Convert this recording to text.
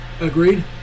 Agreed